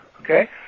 okay